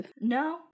No